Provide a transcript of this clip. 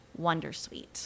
wondersuite